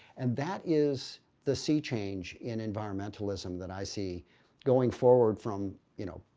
and that is the sea change in environmentalism that i see going forward from, you know,